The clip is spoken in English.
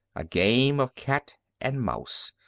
a game of cat and mouse,